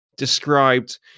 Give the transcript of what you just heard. described